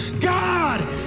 God